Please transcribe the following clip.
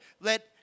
Let